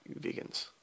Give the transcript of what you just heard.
vegans